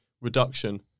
reduction